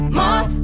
more